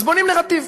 אז בונים נרטיב,